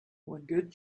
good